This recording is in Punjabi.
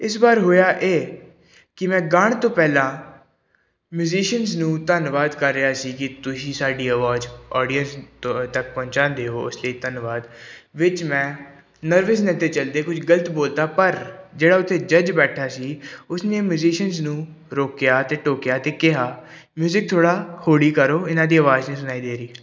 ਇਸ ਵਾਰ ਹੋਇਆ ਇਹ ਕਿ ਮੈਂ ਗਾਉਣ ਤੋਂ ਪਹਿਲਾਂ ਮਜੀਸ਼ਨ ਨੂੰ ਧੰਨਵਾਦ ਕਰ ਰਿਹਾ ਸੀ ਕਿ ਤੁਸੀਂ ਸਾਡੀ ਆਵਾਜ਼ ਆਡੀਅਸ ਤੋ ਤੱਕ ਪਹੁੰਚਾਦੇ ਹੋ ਇਸ ਲਈ ਧੰਨਵਾਦ ਵਿੱਚ ਮੈਂ ਨਰਵਸਨੈਸ ਦੇ ਚਲਦੇ ਹੋਏ ਗਲਤ ਬੋਲਤਾ ਪਰ ਜਿਹੜਾ ਉੱਥੇ ਜੱਜ ਬੈਠਾ ਸੀ ਉਸ ਨੇ ਮਜੀਸ਼ਨ ਨੂੰ ਰੋਕਿਆ ਅਤੇ ਟੋਕਿਆ ਅਤੇ ਕਿਹਾ ਮਿਊਜਿਕ ਥੋੜ੍ਹਾ ਹੌਲੀ ਕਰੋ ਇਹਨਾਂ ਦੀ ਆਵਾਜ਼ ਨਹੀਂ ਸੁਣਾਈ ਦੇ ਰਹੀ